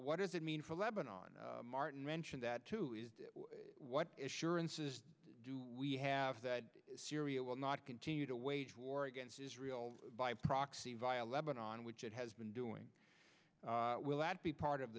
what does it mean for lebanon on martin mentioned that too is what surance is do we have that syria will not continue to wage war against israel by proxy via lebanon which it has been doing will that be part of